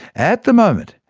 at the moment,